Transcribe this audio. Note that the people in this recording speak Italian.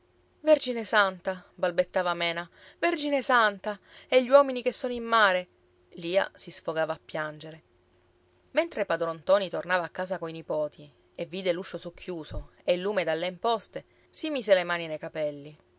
vergine santa balbettava mena vergine santa e gli uomini che sono in mare lia si sfogava a piangere mentre padron ntoni tornava a casa coi nipoti e vide l'uscio socchiuso e il lume dalle imposte si mise le mani nei capelli